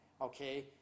okay